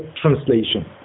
translation